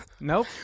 Nope